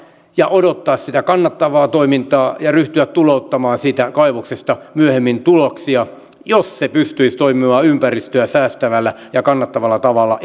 ja odottaa sitä kannattavaa toimintaa ja ryhtyä tulouttamaan siitä kaivoksesta myöhemmin tuloksia jos se pystyisi toimimaan ympäristöä säästävällä ja kannattavalla tavalla